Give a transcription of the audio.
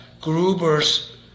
gruber's